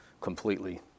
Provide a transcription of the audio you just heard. completely